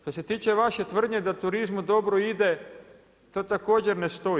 Što se tiče vaše tvrdnje da turizmu dobro ide, to također ne stoji.